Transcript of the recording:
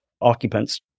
occupants